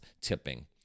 tipping